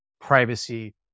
privacy